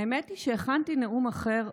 האמת היא שהכנתי נאום אחר,